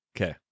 Okay